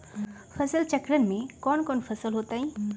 फसल चक्रण में कौन कौन फसल हो ताई?